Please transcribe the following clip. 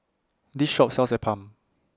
This Shop sells Appam